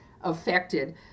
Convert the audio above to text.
affected